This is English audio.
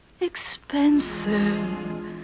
expensive